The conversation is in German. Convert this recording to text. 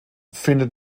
findet